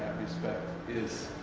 respect is